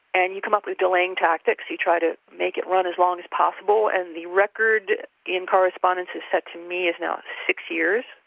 and you come up with delaying tactics, you try to make it run as long as possible, and the record in correspondence as said to me is now six years.